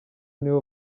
nibo